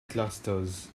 clusters